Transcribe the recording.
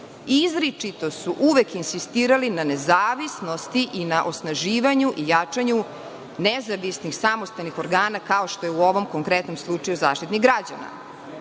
izričito su uvek insistirali na nezavisnosti i na osnaživanju i jačanju nezavisnih, samostalnih organa, kao što je u ovom konkretnom slučaju Zaštitnik građana. Ne